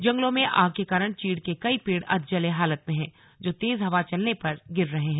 जंगलों में आग के कारण चीड़ के कई पेड़ अधजले हालत में हैं जो तेज हवा चलने पर गिर रहे हैं